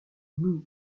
blues